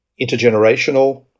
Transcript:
intergenerational